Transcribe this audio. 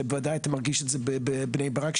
שבוודאי אתה מרגיש את זה בבני ברק,